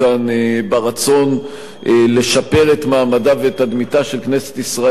ברצון לשפר את מעמדה ותדמיתה של כנסת ישראל,